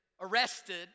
arrested